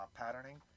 patterning